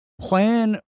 plan